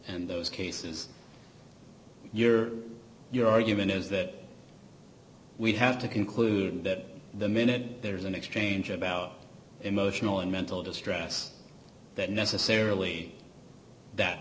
and those cases your your argument is that we have to conclude that the minute there's an exchange about emotional and mental distress that necessarily that